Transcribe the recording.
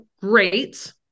great